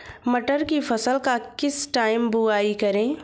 मटर की फसल का किस टाइम बुवाई करें?